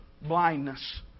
blindness